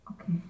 Okay